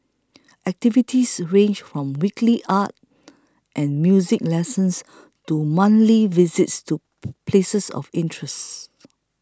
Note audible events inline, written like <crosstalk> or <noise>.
activities range from weekly art and music lessons to monthly visits to <noise> places of interests